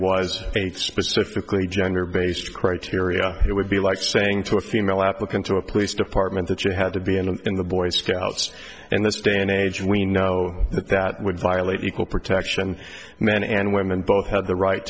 aimed specifically gender based criteria it would be like saying to a female applicant to a police department that you had to be in a in the boy scouts in this day and age we know that that would violate the equal protection men and women both have the right